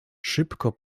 szybko